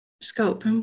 scope